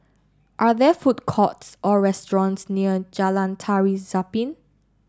are there food courts or restaurants near Jalan Tari Zapin